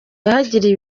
yahagiriye